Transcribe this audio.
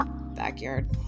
backyard